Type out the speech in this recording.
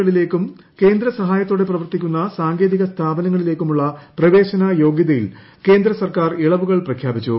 കളിലേയ്ക്കും കേന്ദ്ര സഹായത്തോടെ പ്രവർത്തിക്കുന്ന സാങ്കേതിക സ്ഥാപനങ്ങളിലേയ്ക്കുമുള്ള പ്രവേശന യോഗൃതയിൽ കേന്ദ്ര സർക്കാർ ഇളവുകൾ പ്രഖ്യാപിച്ചു